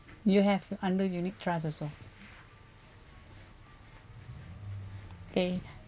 you have under unit trust also okay